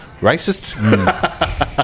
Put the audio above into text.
racist